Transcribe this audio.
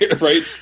right